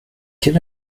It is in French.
quel